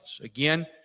Again